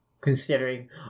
considering